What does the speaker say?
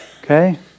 okay